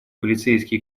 полицейские